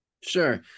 Sure